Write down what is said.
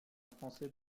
français